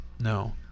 No